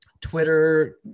Twitter